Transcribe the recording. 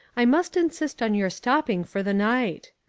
i must insist on your stopping for the night.